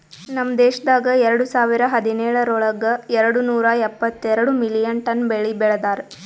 ನಮ್ ದೇಶದಾಗ್ ಎರಡು ಸಾವಿರ ಹದಿನೇಳರೊಳಗ್ ಎರಡು ನೂರಾ ಎಪ್ಪತ್ತೆರಡು ಮಿಲಿಯನ್ ಟನ್ ಬೆಳಿ ಬೆ ಳದಾರ್